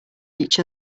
each